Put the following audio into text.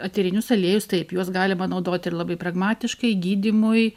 eterinius aliejus taip juos galima naudot ir labai pragmatiškai gydymui